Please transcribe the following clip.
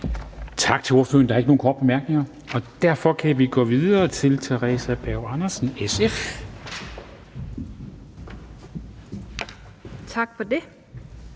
Tak til ordføreren. Der er ikke nogen korte bemærkninger, og derfor kan vi gå videre til Theresa Berg Andersen, SF. Kl.